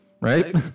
right